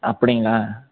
அப்படிங்களா